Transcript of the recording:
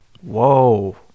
whoa